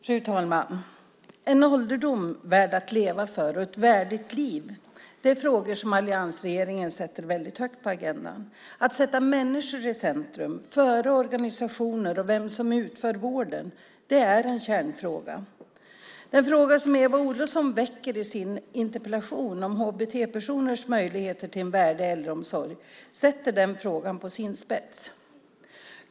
Fru talman! En ålderdom värd att leva för och ett värdigt liv är frågor som alliansregeringen sätter väldigt högt på agendan. Att sätta människor i centrum före organisationer och vem som utför vården är en kärnfråga. Den fråga som Eva Olofsson väcker i sin interpellation om HBT-personers möjligheter till en värdig äldreomsorg sätter den frågan på sin spets.